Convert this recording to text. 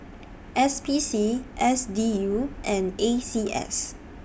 S P C S D U and A C S